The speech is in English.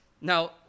now